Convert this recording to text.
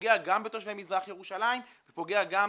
שפוגע גם בתושבי מזרח ירושלים ופוגע גם